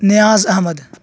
Niaz Ahmad